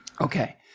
okay